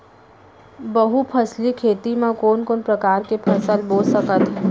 बहुफसली खेती मा कोन कोन प्रकार के फसल बो सकत हन?